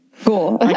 Cool